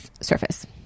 surface